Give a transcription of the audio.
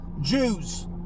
Jews